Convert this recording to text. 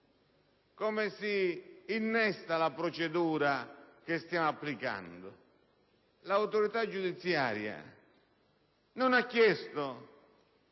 Come si innesta la procedura che stiamo applicando? L'autorità giudiziaria non ha chiesto